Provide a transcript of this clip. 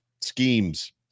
schemes